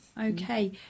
Okay